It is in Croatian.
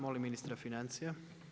Molim ministra financija.